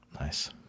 Nice